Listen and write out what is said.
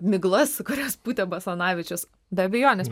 miglas kurias pūtė basanavičius be abejonės